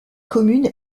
commune